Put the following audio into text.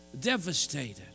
Devastated